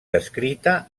descrita